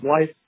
life